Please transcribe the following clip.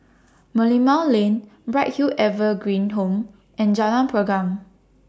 Merlimau Lane Bright Hill Evergreen Home and Jalan Pergam